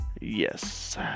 Yes